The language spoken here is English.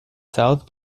south